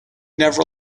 never